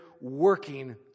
working